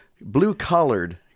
blue-collared